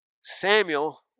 Samuel